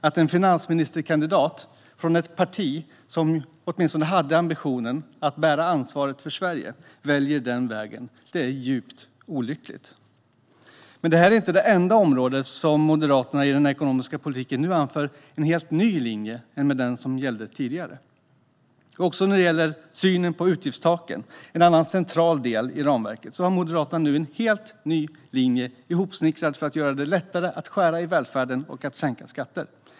Att en finansministerkandidat från ett parti som åtminstone hade ambitionen att bära ansvaret för Sverige väljer den vägen är djupt olyckligt. Det här är dock inte det enda området där Moderaterna anför en helt ny linje i den ekonomiska politiken. Även när det gäller synen på utgiftstaken - en annan central del i ramverket - har Moderaterna nu en helt ny linje, hopsnickrad för att göra det lättare att skära i välfärden och att sänka skatter.